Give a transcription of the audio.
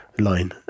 line